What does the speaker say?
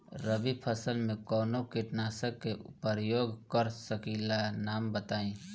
रबी फसल में कवनो कीटनाशक के परयोग कर सकी ला नाम बताईं?